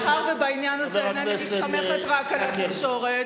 מאחר שבעניין הזה אינני מסתמכת רק על התקשורת,